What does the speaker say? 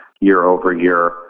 year-over-year